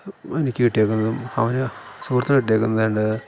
എനിക്ക് കിട്ടിയേക്കുന്നതും അവന് സുഹൃത്തിന് കിട്ടിയേക്കുന്നത് രണ്ട്